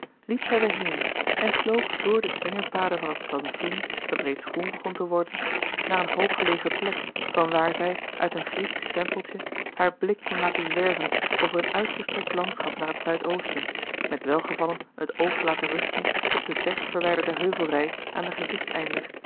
liep zij weer heen en sloop door de slingerpaden van het plantsoen dat reeds groen begon te worden naar een hooggelegen plek vanwaar zij uit een grieksch tempeltje haar blik kon laten zwerven over een uitgestrekt landschap naar het zuid-oosten met welgevallen het oog laten rusten op de verst verwijderde heuvelrij aan den gezichtseinder